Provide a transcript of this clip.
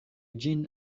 ĝin